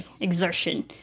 exertion